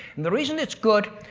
and the reason it's good,